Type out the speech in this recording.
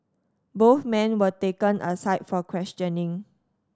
both men were taken aside for questioning